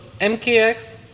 MKX